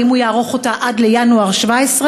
האם הוא יערוך אותה עד ינואר 17',